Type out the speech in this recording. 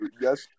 Yes